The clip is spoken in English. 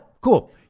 Cool